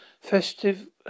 festive